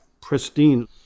pristine